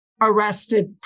arrested